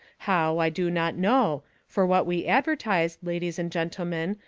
how, i do not know, for what we advertised, ladies and gentlemen,